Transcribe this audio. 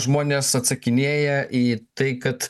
žmonės atsakinėja į tai kad